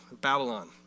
Babylon